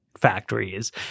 factories